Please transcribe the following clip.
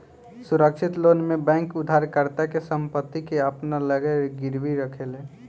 सुरक्षित लोन में बैंक उधारकर्ता के संपत्ति के अपना लगे गिरवी रखेले